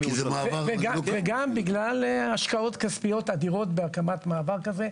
וגם בגלל השקעות כספיות אדירות בהקמת מעבר כזה.